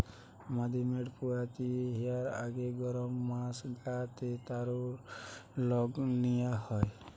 মাদি ম্যাড়া পুয়াতি হিয়ার আগে গরম মাস গা তে তারুর লম নিয়া হয়